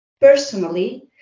personally